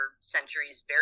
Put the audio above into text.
centuries